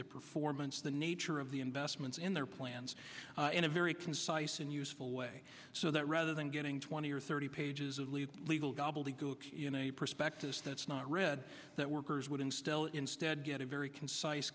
the performance the nature of the investments in their plans in a very concise and useful way so that rather than getting twenty or thirty pages of legal gobbledygook a prospectus that's not read that workers wouldn't still instead get a very concise